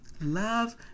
love